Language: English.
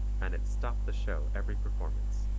and it stopped the show every performance.